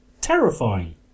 terrifying